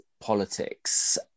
politics